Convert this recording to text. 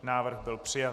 Návrh byl přijat.